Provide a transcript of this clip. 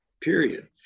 period